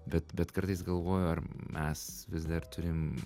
bet bet kartais galvoju ar mes vis dar turim